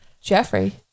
Jeffrey